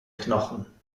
knochen